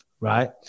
right